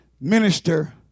minister